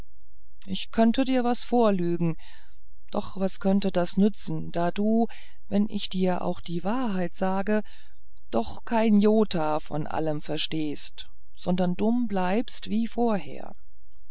ich könnte dir was vorlügen doch was könnte das nützen da du wenn ich dir auch die wahrheit sage doch kein jota von allem verstehst sondern dumm bleibst wie vorher